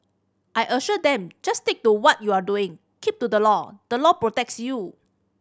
I assured them just stick to what you are doing keep to the law the law protects you